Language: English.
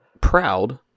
proud